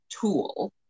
tool